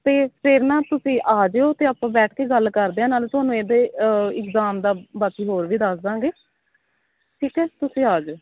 ਅਤੇ ਫਿਰ ਨਾ ਤੁਸੀਂ ਆ ਜਿਓ ਅਤੇ ਆਪਾਂ ਬੈਠ ਕੇ ਗੱਲ ਕਰਦੇ ਹਾਂ ਨਾਲੇ ਤੁਹਾਨੂੰ ਇਹਦੇ ਇਗਜਾਮ ਦਾ ਬਾਕੀ ਹੋਰ ਵੀ ਦੱਸ ਦੇਵਾਂਗੇ ਠੀਕ ਹੈ ਤੁਸੀਂ ਆ ਜਿਓ